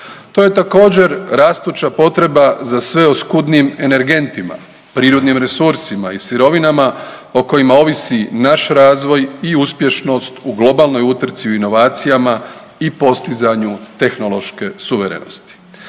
To je također rastuća potreba za sve oskudnijim energentima, prirodnim resursima i sirovinama o kojima ovisi naš razvoj i uspješnost u globalnoj utrci u inovacijama i postizanju tehnološke suverenosti.